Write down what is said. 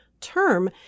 term